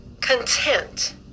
content